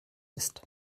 ist